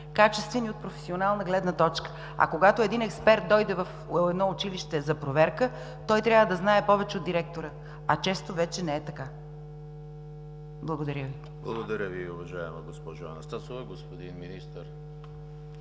качествени от професионална гледна точка. А когато един експерт дойде в едно училище за проверка, той трябва да знае повече от директора, а често вече не е така. Благодаря Ви. ПРЕДСЕДАТЕЛ ЕМИЛ ХРИСТОВ: Благодаря Ви, уважаема госпожо Анастасова. Господин Министър,